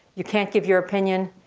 you can't give your opinion.